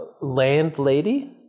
landlady